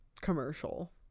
commercial